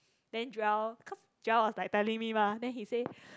then Joel because Joel was like telling me mah then he said